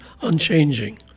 unchanging